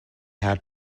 had